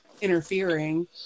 interfering